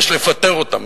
יש לפטר אותם.